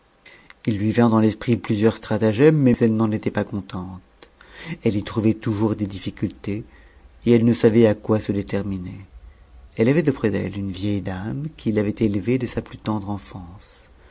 il lui vint dans l'esprit plusieurs stratagèmes mais eue n'en était pas contente elle y trouvait toujours des difficultés et elle ne savait à quoi se déterminer elle avait auprès d'elle une vieille dame qui l'avait élevée dès sa plus tendre enfance